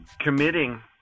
committing